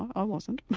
i wasn't.